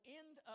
end